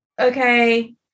okay